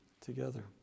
together